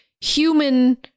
human